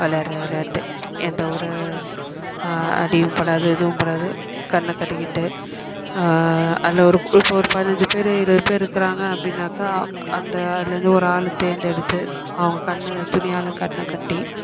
விளையாட்ற விளையாட்டு எந்த ஒரு அடியும் படாது எதுவும் படாது கண்ணை கட்டிக்கிட்டு அதில் ஒரு இப்போ ஒரு பதினைஞ்சி பேர் இருபது பேர் இருக்கிறாங்க அப்படின்னாக்கா அந்த அதுலேர்ந்து ஒரு ஆள் தேர்ந்தெடுத்து அவங்க கண்ணில் துணியால் கண்ணை கட்டி